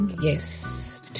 Yes